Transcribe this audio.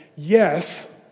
Yes